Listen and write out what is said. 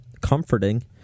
comforting